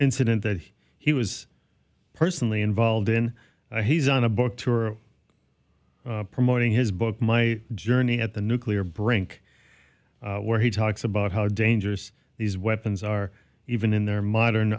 incident that he was personally involved in he's on a book tour promoting his book my journey at the nuclear brink where he talks about how dangerous these weapons are even in their modern